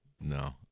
No